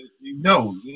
no